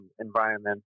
environment